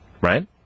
right